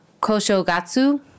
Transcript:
Koshogatsu